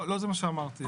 לא זה מה שאמרתי.